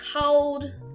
cold